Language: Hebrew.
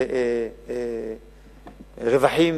רווחים